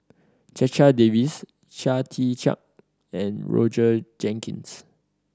Checha Davies Chia Tee Chiak and Roger Jenkins